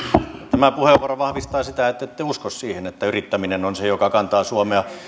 tämä puheenvuoro vahvistaa sitä että te ette usko siihen että yrittäminen on se joka kantaa suomea